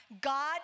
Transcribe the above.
God